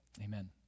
Amen